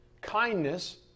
kindness